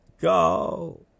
go